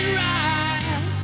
right